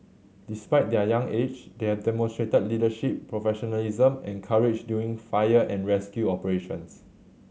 despite their young age they have demonstrated leadership professionalism and courage during fire and rescue operations